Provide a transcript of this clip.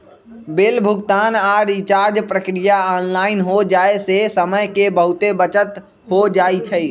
bill भुगतान आऽ recharge प्रक्रिया ऑनलाइन हो जाय से समय के बहुते बचत हो जाइ छइ